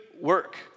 work